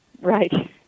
Right